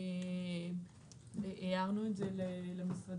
הערנו למשרדים,